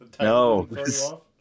no